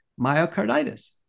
myocarditis